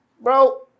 bro